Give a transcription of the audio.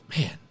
Man